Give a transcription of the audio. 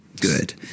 good